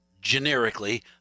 generically